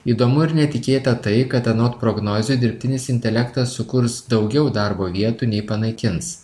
įdomu ir netikėta tai kad anot prognozių dirbtinis intelektas sukurs daugiau darbo vietų nei panaikins